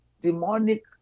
demonic